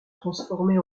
transformés